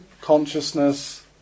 consciousness